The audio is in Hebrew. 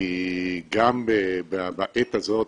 כי גם בעת הזאת,